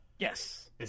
Yes